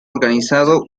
organizado